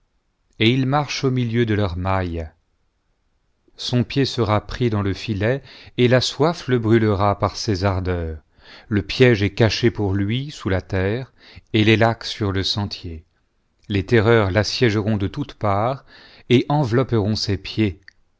de son pied sera pris dans le filet et la boif le brûlera jtar ses ardeurs le pioge est caché pour lui bous la terre et les lacs sur le sentier les terreurs l'assiégeront de toutes parts et envelopperont ses pieds